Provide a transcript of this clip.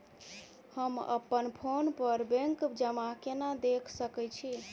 हम अप्पन फोन पर बैंक जमा केना देख सकै छी?